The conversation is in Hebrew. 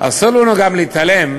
אסור לנו גם להתעלם